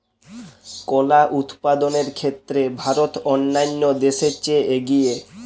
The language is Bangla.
কলা উৎপাদনের ক্ষেত্রে ভারত অন্যান্য দেশের চেয়ে এগিয়ে